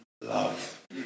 love